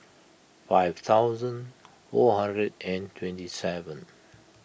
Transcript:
five thousand four hundred and twenty seven